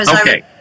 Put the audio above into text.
Okay